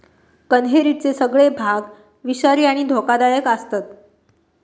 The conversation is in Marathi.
कण्हेरीचे सगळे भाग विषारी आणि धोकादायक आसतत